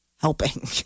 helping